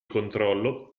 controllo